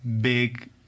big